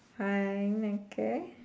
high neck and